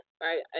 Right